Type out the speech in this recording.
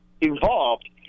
involved